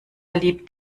liebt